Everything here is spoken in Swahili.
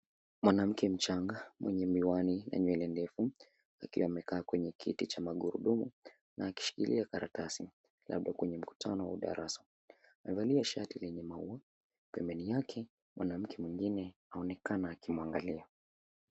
Mwanamke mchanga mwenye miwani na nywele ndefu akiwa amekaa kwenye kiti cha magurudumu na akishikilia karatasi labda kwenye mkutano au darasa amevalia shati lenye maua. Pembeni yake mwanamke mwingine aonekana akimwangalia.